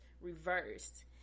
reversed